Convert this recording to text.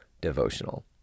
Devotional